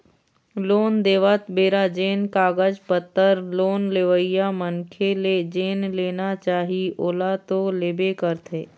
loan देवत बेरा जेन कागज पतर लोन लेवइया मनखे ले जेन लेना चाही ओला तो लेबे करथे